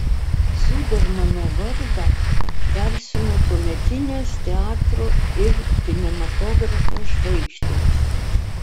zudermano vardą garsino tuometinės teatro ir kinematografo žvaigždės